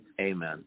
Amen